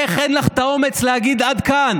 איך אין לך את האומץ להגיד: עד כאן?